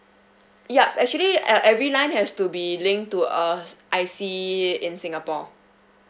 yup actually uh every line has to be linked to a I_C in singapore